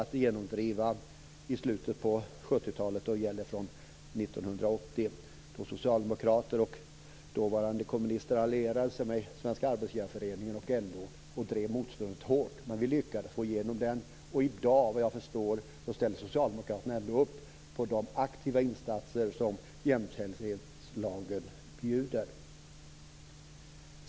Det krävdes mycket av insatser för att genomdriva den i slutet på 70-talet. Socialdemokraterna och de dåvarande kommunisterna allierade sig då med Svenska Arbetsgivareföreningen och LO och drev ett hårt motstånd, men vi lyckades få igenom reformen. I dag ställer sig socialdemokraterna bakom de aktiva insatser som jämställdhetslagen påbjuder.